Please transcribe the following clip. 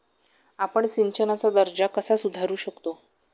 आपण सिंचनाचा दर्जा कसा सुधारू शकतो?